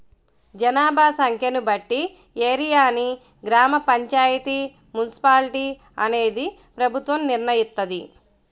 జనాభా సంఖ్యను బట్టి ఏరియాని గ్రామ పంచాయితీ, మున్సిపాలిటీ అనేది ప్రభుత్వం నిర్ణయిత్తది